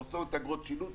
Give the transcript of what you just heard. הן עושות אגרות שילוט,